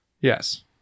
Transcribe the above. Yes